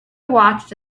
watched